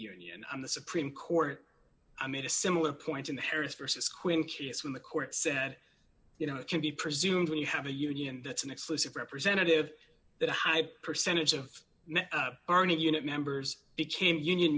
union and the supreme court i made a similar point in the harris versus quinn curious when the court said you know it can be presumed when you have a union that's an exclusive representative that a high percentage of our new unit members became union